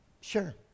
Sure